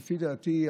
לפי דעתי,